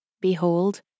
Behold